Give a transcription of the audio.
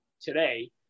today